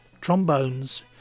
trombones